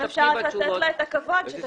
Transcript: אפשר לתת לה את הכבוד.